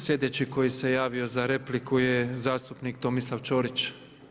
Sljedeći koji se javio za repliku je zastupnik Tomislav Ćorić.